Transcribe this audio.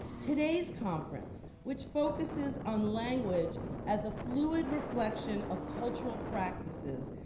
today's conference, which focuses on language as a fluid reflection of cultural practices,